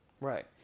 Right